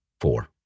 Four